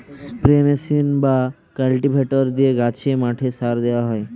spray machine বা cultivator দিয়ে গাছে, মাঠে সার দেওয়া হয়